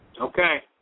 Okay